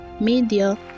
media